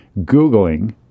Googling